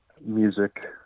music